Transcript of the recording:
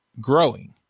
growing